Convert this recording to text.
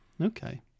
Okay